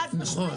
חד משמעית.